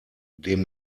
dem